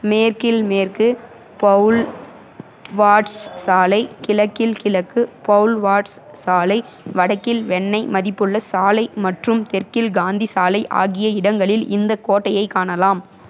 மேற்கில் மேற்கு boulevards சாலை கிழக்கில் கிழக்கு பவுல்வார்ட்ஸ் சாலை வடக்கில் வெண்ணெய் மதிப்புள்ள சாலை மற்றும் தெற்கில் காந்தி சாலை ஆகிய இடங்களில் இந்த கோட்டையைக் காணலாம்